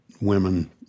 women